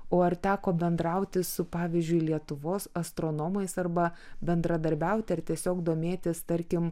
o ar teko bendrauti su pavyzdžiui lietuvos astronomais arba bendradarbiauti ar tiesiog domėtis tarkim